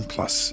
Plus